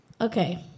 Okay